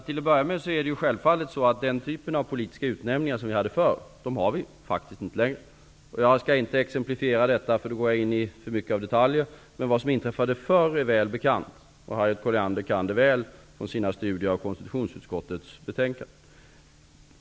Till att börja med är det faktiskt så att vi inte längre har den typ av politiska utnämningar som vi hade förut. Jag skall inte exemplifiera detta, eftersom jag då går in för mycket på detaljer. Vad som inträffade förr är väl bekant. Harriet Colliander kan det väl från sina studier av konstitutionsutskottets betänkanden.